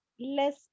less